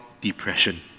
depression